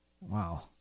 Wow